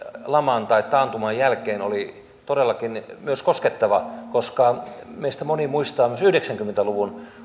laman tai taantuman jälkeen oli todellakin myös koskettava koska moni meistä muistaa myös yhdeksänkymmentä luvun